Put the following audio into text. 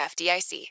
FDIC